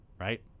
right